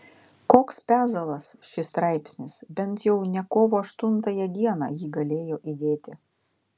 koks pezalas šis straipsnis bent jau ne kovo aštuntąją dieną jį galėjo įdėti